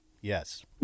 yes